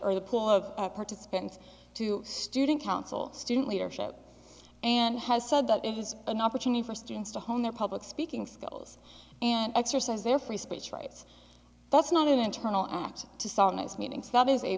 or the pool of participants to student council student leadership and has said that it is an opportunity for students to hone their public speaking skills and exercise their free speech rights that's not an internal act to saunas meetings that is a